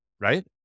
right